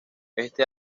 este